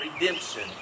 redemption